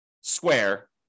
square